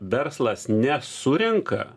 verslas nesurenka